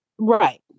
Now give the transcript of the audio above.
Right